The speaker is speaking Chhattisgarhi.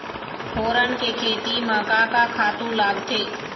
फोरन के खेती म का का खातू लागथे?